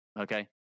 okay